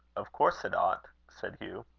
of course it ought, said hugh.